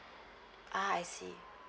ah I see